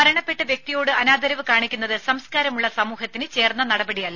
മരണപ്പെട്ട വ്യക്തിയോട് അനാദരവ് കാണിക്കുന്നത് സംസ്കാരമുള്ള സമൂഹത്തിന് ചേർന്ന നടപടിയല്ല